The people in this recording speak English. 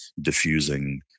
diffusing